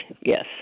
Yes